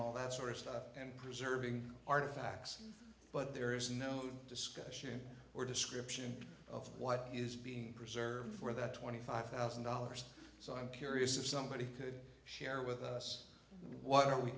all that sort of stuff and preserving artifacts but there is no discussion or description of what is being preserved for the twenty five thousand dollars so i'm curious if somebody could share with us what are we